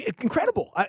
Incredible